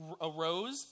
arose